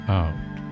out